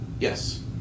Yes